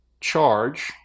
charge